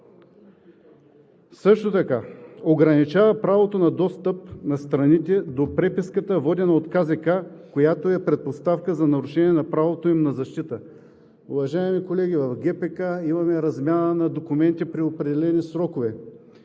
Също така ограничава правото на достъп на страните до преписката, водена от КЗК, която е предпоставка за нарушение на правото им на защита. Уважаеми колеги, в ГПК имаме размяна на документи при определени срокове.